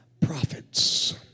prophets